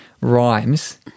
rhymes